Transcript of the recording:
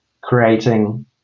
creating